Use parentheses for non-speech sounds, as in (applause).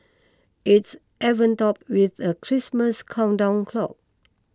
it's (unintelligible) topped with a Christmas countdown clock